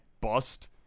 bust